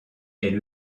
est